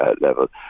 level